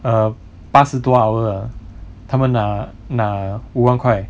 err 八十多 hour 他们拿拿五万块